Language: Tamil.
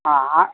ஆ ஆ